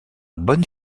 bonne